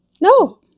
No